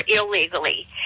illegally